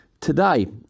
today